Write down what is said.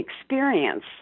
experience